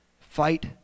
Fight